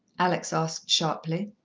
alex asked sharply.